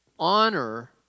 Honor